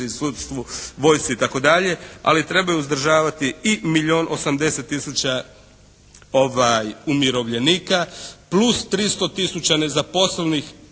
sudstvu, vojsci itd. Ali trebaju uzdržavati i milijun i 80 000 umirovljenika plus 300 000 nezaposlenih